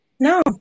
No